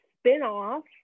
spin-off